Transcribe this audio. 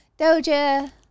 Doja